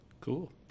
Cool